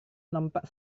nampak